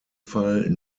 fall